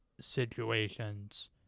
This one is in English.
situations